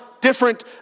different